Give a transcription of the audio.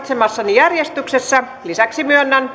järjestyksessä lisäksi myönnän harkintani mukaan